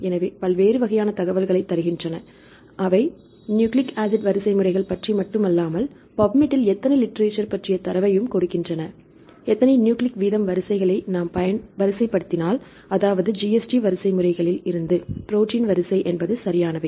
எனவே பல்வேறு வகையான தகவல்களைத் தருகின்றன அவை நியூக்ளிக் ஆசிட் வரிசைமுறைகள் பற்றி மட்டுமல்லாமல் பப்மெடில் எத்தனை லிட்ரேசர் பற்றிய தரவையும் கொடுக்கின்றன எத்தனை நியூக்ளிக் வீதம் வரிசைகளை நாம் வரிசை படுத்துத்தினால் அதாவது GST வரிசைமுறைகளில் இருந்து ப்ரோடீன் வரிசை என்பது சரியானவை